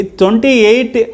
28